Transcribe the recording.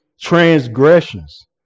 Transgressions